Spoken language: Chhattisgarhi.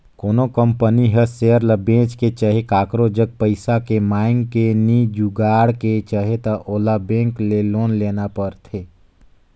कोनो कंपनी हर सेयर ल बेंच के चहे काकरो जग मांएग के पइसा नी जुगाड़ के चाहे त ओला बेंक ले लोन लेना परथें